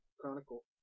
Chronicle